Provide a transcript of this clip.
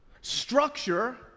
structure